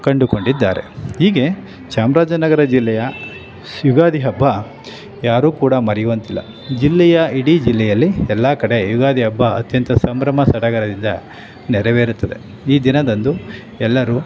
ಕಂಡುಕೊಂಡಿದ್ದಾರೆ ಹೀಗೆ ಚಾಮರಾಜನಗರ ಜಿಲ್ಲೆಯ ಸ್ ಯುಗಾದಿ ಹಬ್ಬ ಯಾರೂ ಕೂಡ ಮರೆಯುವಂತಿಲ್ಲ ಜಿಲ್ಲೆಯ ಇಡೀ ಜಿಲ್ಲೆಯಲ್ಲಿ ಎಲ್ಲ ಕಡೆ ಯುಗಾದಿ ಹಬ್ಬ ಅತ್ಯಂತ ಸಂಭ್ರಮ ಸಡಗರದಿಂದ ನೆರವೇರುತ್ತದೆ ಈ ದಿನದಂದು ಎಲ್ಲರೂ